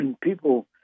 people